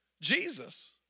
Jesus